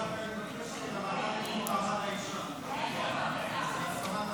ההצעה להעביר את הצעת חוק הבעת עמדת נפגע או